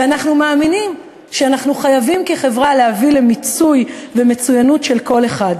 ואנחנו מאמינים שאנחנו חייבים כחברה להביא למיצוי ומצוינות של כל אחד.